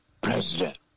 president